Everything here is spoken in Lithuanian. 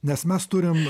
nes mes turim